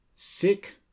Sick